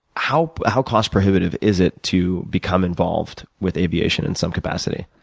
how how cost prohibitive is it to become involved with aviation in some capacity.